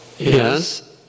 Yes